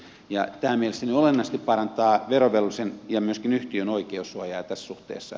tämä mielestäni olennaisesti parantaa verovelvollisen ja myöskin yhtiön oikeussuojaa tässä suhteessa